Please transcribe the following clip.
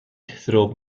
thorpe